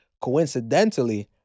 Coincidentally